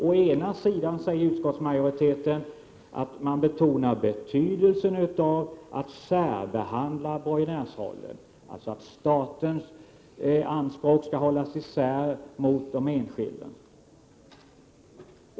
Å ena sidan betonar utskottsmajoriteten betydelsen av att särbehandla borgenärsrollen, alltså att statens anspråk skall hållas isär från de enskildas.